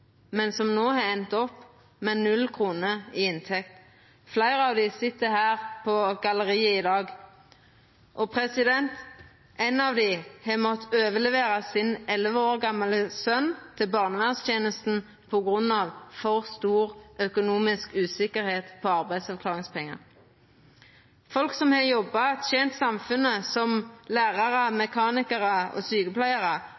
men som no har enda opp med 0 kr i inntekt. Fleire av dei sit her på galleriet i dag. Éin av dei har måtta overlevera den elleve år gamle sonen sin til barnevernstenesta på grunn av for stor økonomisk usikkerheit om arbeidsavklaringspengar. Folk som har jobba og tent samfunnet som lærarar,